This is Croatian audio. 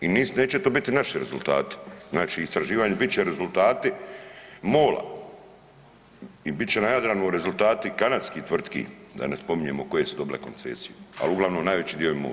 I neće to biti naši rezultati, znači istraživanje, bit će rezultati MOL-a i bit će na Jadranu rezultati kanadskih tvrtki, da ne spominjemo koje su dobile koncesiju, al uglavnom najveći dio je MOL.